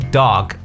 dog